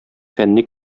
фәнни